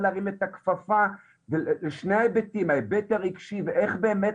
להרים את הכפפה לשני ההיבטים ההיבט הרגשי ואיך באמת